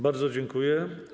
Bardzo dziękuję.